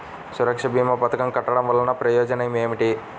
సురక్ష భీమా పథకం కట్టడం వలన ఉపయోగం ఏమిటి?